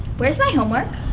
where's my homework?